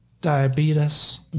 diabetes